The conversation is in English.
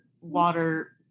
water